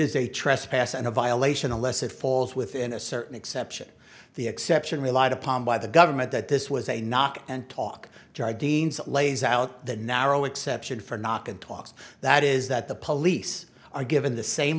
is a trespass and a violation unless it falls within a certain exception the exception relied upon by the government that this was a knock and talk charge deans that lays out the narrow exception for knock and talks that is that the police are given the same